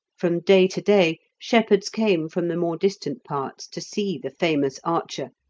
from day to day shepherds came from the more distant parts to see the famous archer,